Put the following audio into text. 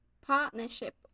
partnership